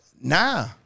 Nah